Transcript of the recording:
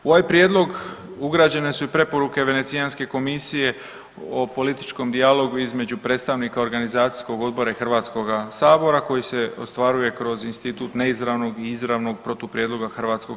U ovaj prijedlog ugrađene su i preporuke Venecijanske komisije o političkom dijalogu između predstavnika organizacijskog odbora i HS koji se ostvaruje kroz institut neizravnog i izravnog protuprijedloga HS.